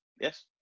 Yes